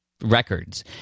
records